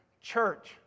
Church